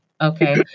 Okay